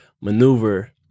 maneuver